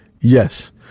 Yes